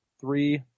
Three